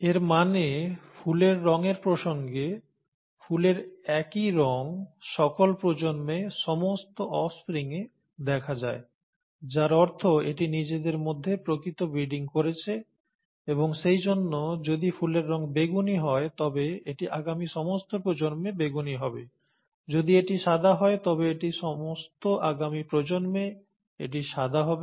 এর মানে ফুলের রঙের প্রসঙ্গে ফুলের একই রঙ সকল প্রজন্মে সমস্ত অফসপ্রিংয়ে দেখা যায় যার অর্থ এটি নিজেদের মধ্যে প্রকৃত ব্রিডিং করেছে এবং সেইজন্য যদি ফুলের রঙ বেগুনি হয় তবে এটি আগামী সমস্ত প্রজন্মে বেগুনি হবে যদি এটি সাদা হয় তবে এটি আগামী সমস্ত প্রজন্মে এটি সাদা হবে